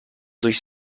durch